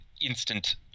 instant